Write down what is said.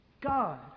God